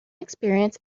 experience